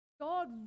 God